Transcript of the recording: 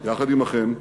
יחד עמכם,